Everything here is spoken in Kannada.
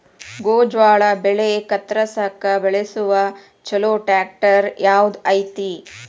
ಗೋಂಜಾಳ ಬೆಳೆ ಕತ್ರಸಾಕ್ ಬಳಸುವ ಛಲೋ ಟ್ರ್ಯಾಕ್ಟರ್ ಯಾವ್ದ್ ಐತಿ?